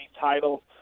title